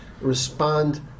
respond